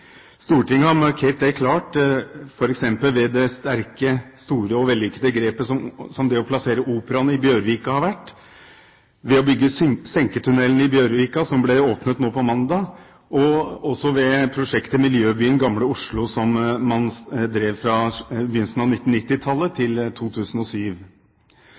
Stortinget har markert det klart f.eks. ved det sterke, store og vellykkede grepet som det å plassere Operaen i Bjørvika har vært, ved å bygge senketunnelen i Bjørvika, som ble åpnet nå på mandag, og også ved prosjektet Miljøbyen Gamle Oslo, som man drev fra begynnelsen av 1990-tallet til 2007.